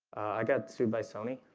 i got sued by sony